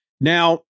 Now